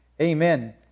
amen